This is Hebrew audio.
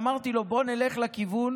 ואמרתי לו: בוא נלך לכיוון